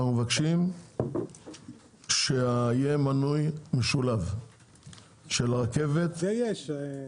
אנחנו מבקשים שיהיה מנוי משולב של הרכבת --- יש את זה.